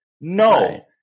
No